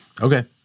Okay